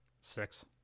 Six